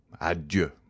Adieu